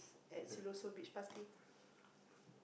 at Siloso-Beach party